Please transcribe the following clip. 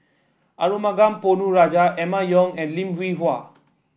Arumugam Ponnu Rajah Emma Yong and Lim Hwee Hua